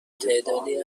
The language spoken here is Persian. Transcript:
تعدادی